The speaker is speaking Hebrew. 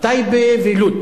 טייבה ולוד